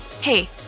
Hey